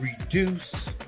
reduce